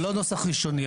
זה לא נוסח ראשוני,